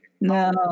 No